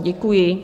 Děkuji.